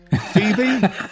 Phoebe